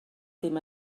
ddim